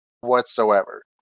whatsoever